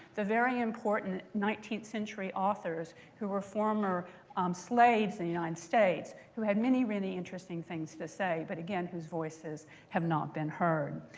the very important nineteenth century authors who were former um slaves in the united states, who had many really interesting things to say, but again whose voices have not been heard.